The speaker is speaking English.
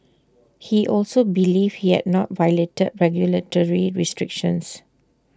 he also believed he had not violated regulatory restrictions